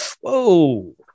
whoa